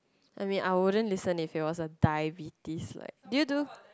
I mean I wouldn't listen if it was a diabetes like did you do